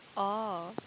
orh